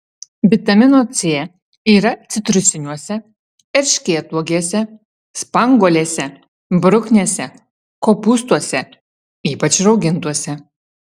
vitamino c yra citrusiniuose erškėtuogėse spanguolėse bruknėse kopūstuose ypač raugintuose